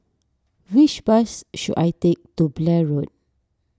which bus should I take to Blair Road